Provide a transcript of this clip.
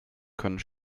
können